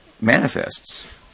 manifests